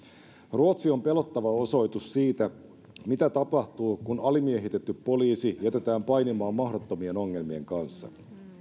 ruotsi on pelottava osoitus siitä mitä tapahtuu kun alimiehitetty poliisi jätetään painimaan mahdottomien ongelmien kanssa